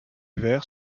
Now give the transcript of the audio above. vers